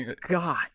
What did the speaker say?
God